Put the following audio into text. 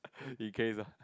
in case ah